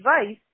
advice